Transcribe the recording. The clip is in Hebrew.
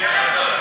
זה ירד?